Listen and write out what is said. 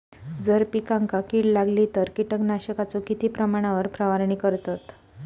जर पिकांका कीड लागली तर कीटकनाशकाचो किती प्रमाणावर फवारणी करतत?